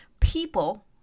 people